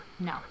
No